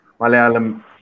Malayalam